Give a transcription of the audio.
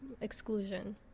exclusion